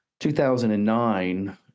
2009